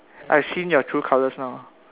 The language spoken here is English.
I've seen your true colors now